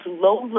low